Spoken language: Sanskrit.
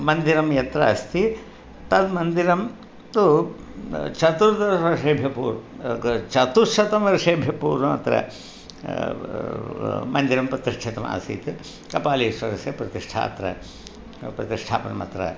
मन्दिरं यत्र अस्ति तद् मन्दिरं तु चतुर्दशवर्षेभ्यः पूर्वं क् चतुश्शतवर्षेभ्यः पूर्वमत्र मन्दिरं प्रतिष्ठितमासीत् कपालीश्वरस्य प्रतिष्ठा अत्र प्रतिष्ठापनमत्र